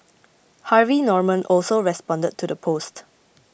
Harvey Norman also responded to the post